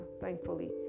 thankfully